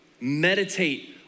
Meditate